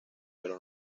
pero